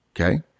Okay